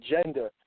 agenda